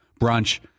brunch